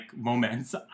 moments